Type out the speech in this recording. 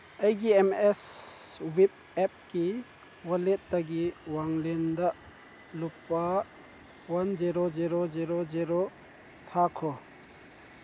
ꯑꯩꯒꯤ M S ꯋꯤꯞ ꯑꯦꯞꯀꯤ ꯋꯥꯜꯂꯦꯠꯇꯒꯤ ꯋꯥꯡꯂꯦꯟꯗ ꯂꯨꯄꯥ one zero zero zero zero ꯊꯥꯈꯣ